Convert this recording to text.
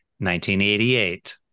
1988